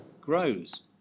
grows